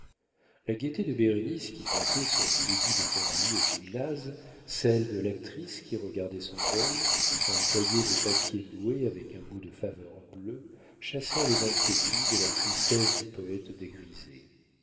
la gaieté de bérénice qui comptait sur le début de coralie au gymnase celle de l'actrice qui regardait son rôle un cahier de papier noué avec un bout de faveur bleue chassèrent les inquiétudes et la tristesse du poète dégrisé